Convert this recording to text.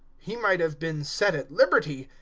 he might have been set at liberty,